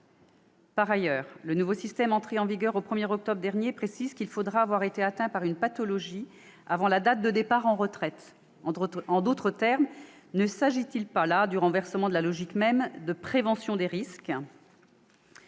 Par ailleurs, le nouveau système entré en vigueur au 1 octobre dernier prévoit qu'il faudra avoir été atteint par une pathologie avant la date de départ à la retraite. Ne s'agit-il donc pas là d'un renversement de la logique même de prévention des risques ?